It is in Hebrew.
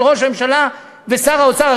של ראש הממשלה ושר האוצר,